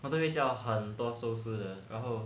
我都会叫很多寿司的然后